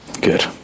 Good